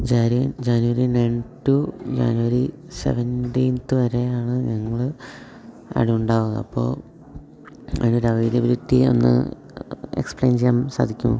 ജാരി January nine to January seventeenth വരെയാണ് ഞങ്ങള് അവിടെ ഉണ്ടാവുക അപ്പോൾ അതിനൊരു അവൈലബിലിറ്റി ഒന്ന് എക്സ്പ്ലെയ്ൻ ചെയ്യാൻ സാധിക്കുമോ